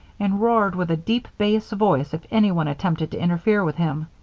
and roared with a deep bass voice if anyone attempted to interfere with him.